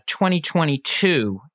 2022